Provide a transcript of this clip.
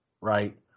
right